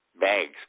bags